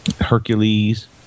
Hercules